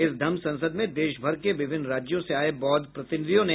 इस धम्म संसद में देशभर के विभिन्न राज्यों से आये बौद्ध प्रतिनिधियों ने भाग लिया